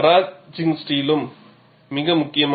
maraging ஸ்டீலும் மிக முக்கியம்